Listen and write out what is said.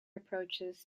approaches